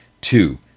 Two